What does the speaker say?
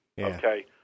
okay